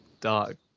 dark